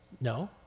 No